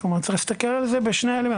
כלומר צריך להסתכל על זה בשני ההיבטים,